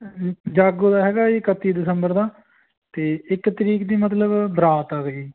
ਜਾਗੋ ਦਾ ਹੈਗਾ ਜੀ ਇਕੱਤੀ ਦਸੰਬਰ ਦਾ ਅਤੇ ਇੱਕ ਤਰੀਕ ਦੀ ਮਤਲਬ ਬਰਾਤ ਆਵੇਗੀ